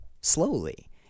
slowly